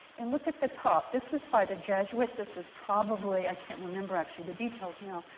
and look at the top. this is by the jesuits. this is probably i can't remember actually the details now.